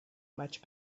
much